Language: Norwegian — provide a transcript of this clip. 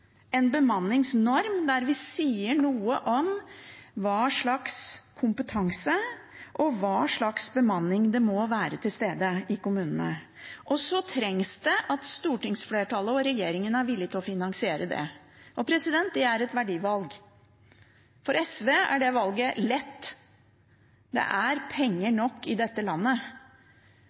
en bemanningsnorm der vi sier noe om hva slags kompetanse og bemanning som må være til stede i kommunene. Det trengs også at stortingsflertallet og regjeringen er villig til å finansiere det. Det er et verdivalg. For SV er det valget lett. Det er penger nok i dette landet.